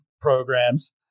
programs